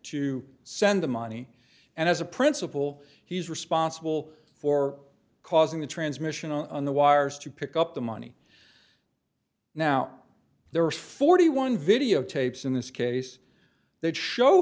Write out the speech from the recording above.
to send the money and as a principle he's responsible for causing the transmission on the wires to pick up the money now there are forty one videotapes in this case that show